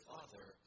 Father